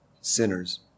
sinners